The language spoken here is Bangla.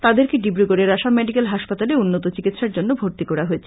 তাদের কে ডিব্লগড়ের আসাম মেডিকেল হাসপাতালে উন্নত চিকিৎসার জন্য ভর্তি করা হয়েছে